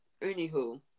anywho